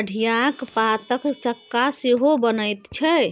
ठढियाक पातक चक्का सेहो बनैत छै